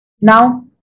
Now